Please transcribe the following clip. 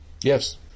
Yes